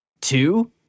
Two